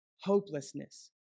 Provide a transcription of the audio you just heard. hopelessness